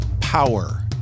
power